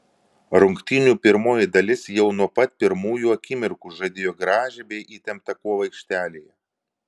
rungtynių pirmoji dalis jau nuo pat pirmųjų akimirkų žadėjo gražią bei įtemptą kovą aikštelėje